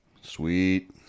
Sweet